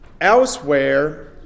elsewhere